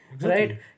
right